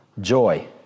joy